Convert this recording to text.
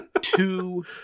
two